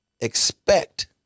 expect